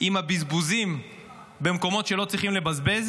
עם הבזבוזים במקומות שלא צריכים לבזבז